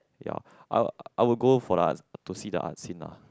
ya I I will go for the arts to see the art scene ah